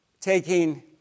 taking